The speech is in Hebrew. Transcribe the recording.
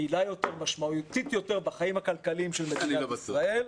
פעילה יותר משמעותית בחיים הכלכליים של מדינת ישראל.